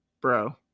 Bro